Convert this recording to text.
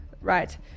right